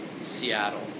Seattle